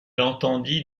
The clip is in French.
entendit